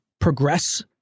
Progress